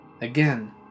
Again